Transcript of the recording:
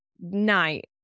night